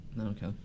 okay